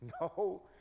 No